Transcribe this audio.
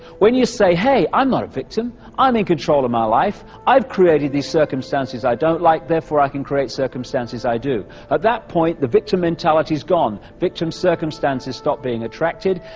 when you say hey, i'm not a victim, i'm in control of my life, i've created these circumstances i don't like, therefore i can create circumstances i do. at that point victim mentality is gone, victim circumstances stop being attracted,